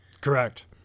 Correct